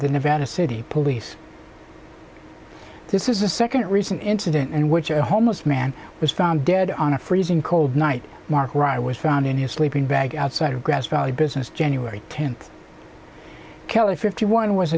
the nevada city police this is a second recent incident and which a whole most man was found dead on a freezing cold night mark wright was found in a sleeping bag outside of grass valley business january tenth kelly fifty one was